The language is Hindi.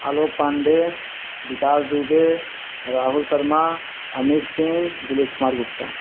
आलोक पांडे विकास दुबे राहुल शर्मा अमित सिंह दिलीप कुमार गुप्ता